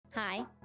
Hi